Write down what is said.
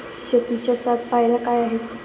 शेतीच्या सात पायऱ्या काय आहेत?